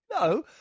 No